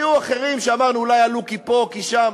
היו אחרים שאמרנו, אולי עלו כי פה, כי שם.